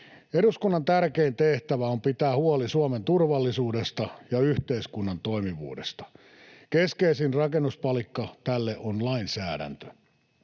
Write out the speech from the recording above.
Eduskunnan tärkein tehtävä on pitää huoli Suomen turvallisuudesta ja yhteiskunnan toimivuudesta. Keskeisin rakennuspalikka tälle on lainsäädäntö.